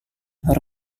her